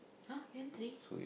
(huh) gantry